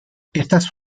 estas